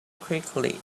quickly